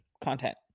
content